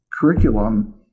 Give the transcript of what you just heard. curriculum